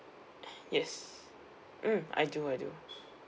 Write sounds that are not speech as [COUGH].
[BREATH] yes mm I do I do